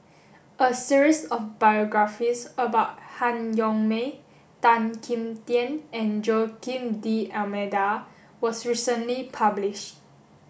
a series of biographies about Han Yong May Tan Kim Tian and Joaquim D'almeida was recently published